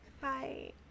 Hi